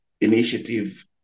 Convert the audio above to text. initiative